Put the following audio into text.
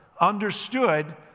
understood